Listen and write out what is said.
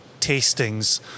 tastings